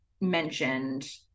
mentioned